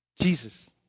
Jesus